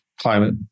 climate